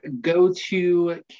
go-to